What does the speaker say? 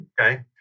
Okay